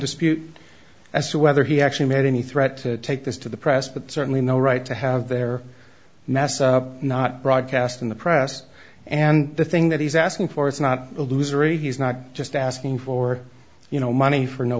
dispute as to whether he actually made any threat to take this to the press but certainly no right to have their message not broadcast in the press and the thing that he's asking for is not illusory he's not just asking for you know money for no